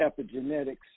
epigenetics